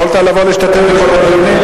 יכולת לבוא להשתתף בכל הדיונים.